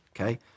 okay